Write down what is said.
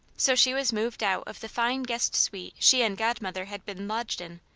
so she was moved out of the fine guest suite she and godmother had been lodged in,